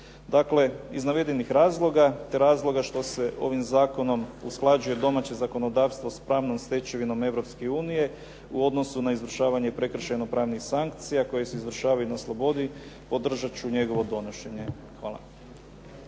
Dakle, iz navedenih razloga te razloga što se ovim zakonom usklađuje domaće zakonodavstvo s pravnom stečevinom Europske unije, u odnosu na izvršavanje prekršajno-pravnih sankcija koje se izvršavaju na slobodi, podržati ću njegovo donošenje. Hvala.